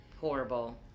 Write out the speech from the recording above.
horrible